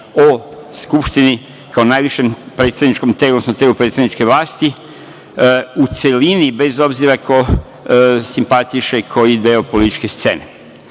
o Skupštini, kao najvišem predsedničkom telu, odnosno telu predsedničke vlasti u celini, bez obzira ko simpatiše koji deo političke